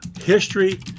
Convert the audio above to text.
history